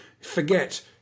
forget